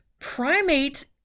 Primate